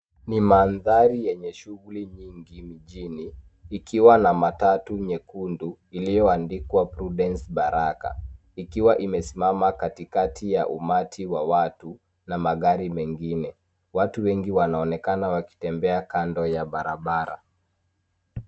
Ni mandhari yenye shughuli nyingi mjini ikiwa na matatu nyekundu iliyoandikwa Prudence Baraka. Ikiwa imesimama katikati ya umati wa watu na magari mengine. Watu wengi wanaonekana wakitembea kando ya barabara.